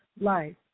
life